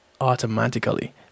automatically